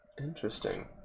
Interesting